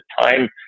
time